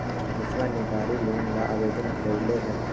मनीषवा ने गाड़ी लोन ला आवेदन कई लय है